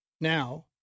now